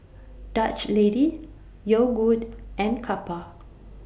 Dutch Lady Yogood and Kappa